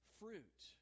fruit